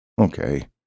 Okay